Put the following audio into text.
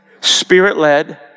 spirit-led